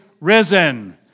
risen